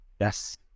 Yes